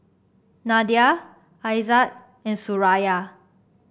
Nadia Aizat and Suraya